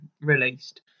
released